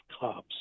cops